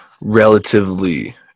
relatively